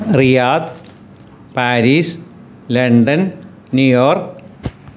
Riyadh Paris London New York